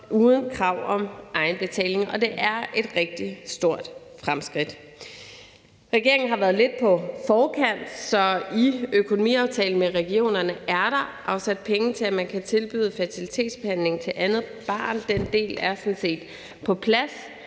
uden krav om egenbetaling, og det er et rigtig stort fremskridt. Regeringen har været lidt på forkant, så i økonomiaftalen med regionerne er der afsat penge til, at man kan tilbyde fertilitetsbehandling til andet barn. Den del er sådan set på plads,